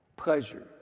Pleasure